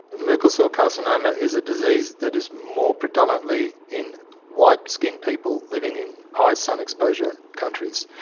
merkel cell carcinoma is a disease that is more predominantly in white skinned people living in high sun exposure countries.